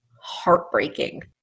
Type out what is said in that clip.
heartbreaking